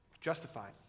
justified